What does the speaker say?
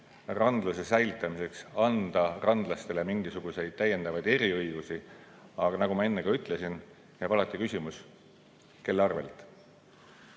randlase säilitamiseks anda randlastele mingisuguseid täiendavaid eriõigusi, aga nagu ma enne ütlesin, jääb alati küsimus, kelle arvel